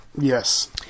yes